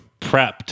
prepped